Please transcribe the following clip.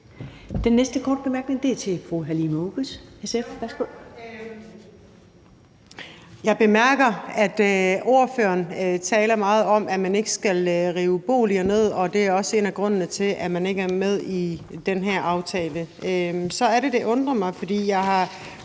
Oguz, SF. Værsgo. Kl. 19:11 Halime Oguz (SF): Jeg bemærker, at ordføreren taler meget om, at man ikke skal rive boliger ned, og at det også er en af grundene til, at man ikke er med i den her aftale. Så er det, det undrer mig, fordi jeg har